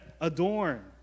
Adorn